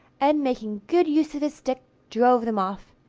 and making good use of his stick, drove them off.